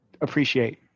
appreciate